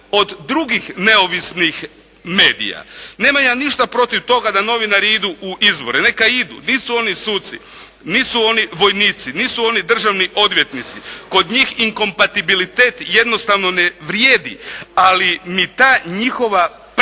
od drugih neovisnih medija. Nema ja ništa protiv toga da novinari idu u izbore. Neka idu. Nisu oni suci. Nisu oni vojnici. Nisu oni državni odvjetnici. Kod njih inkompatibilitet jednostavno ne vrijedi, ali mi ta njihova prekomotna